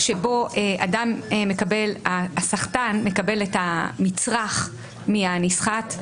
שבו הסחטן מקבל את המצרך מהנסחט,